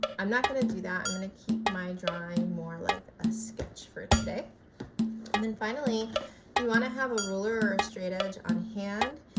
i'm not going to do that i'm going to keep my drawing more like a sketch for today and then finally you want to have a ruler or a straight edge on hand.